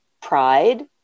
pride